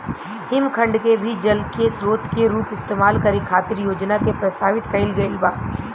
हिमखंड के भी जल के स्रोत के रूप इस्तेमाल करे खातिर योजना के प्रस्तावित कईल गईल बा